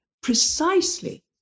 precisely